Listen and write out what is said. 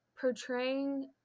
portraying